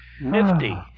Nifty